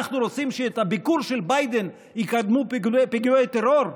אנחנו רוצים שאת הביקור של ביידן יקדמו פיגועי טרור?